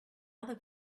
other